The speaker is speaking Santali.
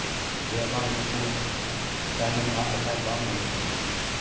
ᱡᱮ ᱵᱟᱝ ᱱᱩᱠᱩ ᱛᱟᱭᱱᱚᱢ ᱟᱲᱟᱜ ᱞᱮᱠᱷᱟᱡ ᱵᱟᱝ ᱦᱩᱭᱩᱜᱼᱟ